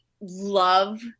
love